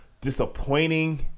disappointing